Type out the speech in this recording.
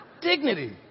Dignity